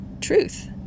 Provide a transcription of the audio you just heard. truth